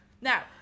Now